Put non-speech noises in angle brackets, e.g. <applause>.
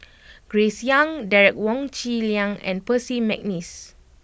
<noise> Grace Young Derek Wong Zi Liang and Percy McNeice